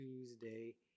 Tuesday